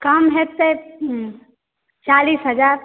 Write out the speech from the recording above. काम